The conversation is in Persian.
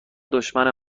دشمن